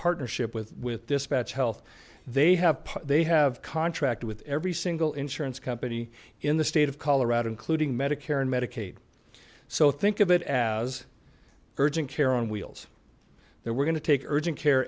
partnership with with dispatch health they have they have contract with every single insurance company in the state of colorado including medicare and medicaid so think of it as urgent care on wheels there we're going to take urgent care